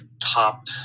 top